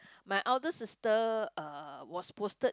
my eldest sister uh was posted